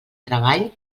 treball